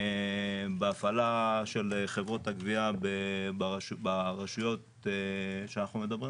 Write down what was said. בהפעלה של חברות הגבייה ברשויות שאנחנו מדברים